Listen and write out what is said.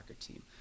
team